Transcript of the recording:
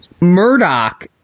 Murdoch